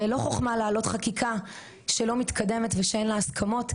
הרי לא חוכמה להעלות חקיקה שלא מתקדמת ושאין לה הסכמות,